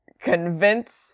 convince